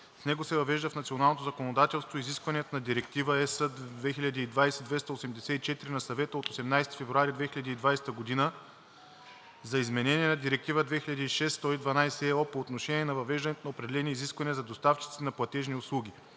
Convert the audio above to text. С него се въвеждат в националното законодателство изискванията на Директива (ЕС) 2020/284 на Съвета от 18 февруари 2020 г. за изменение на Директива 2006/112/ЕО по отношение на въвеждането на определени изисквания за доставчиците на платежни услуги.